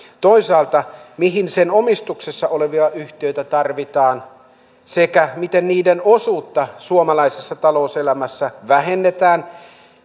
toisaalta mihin sen omistuksessa olevia yhtiöitä tarvitaan ja miten niiden osuutta suomalaisessa talouselämässä vähennetään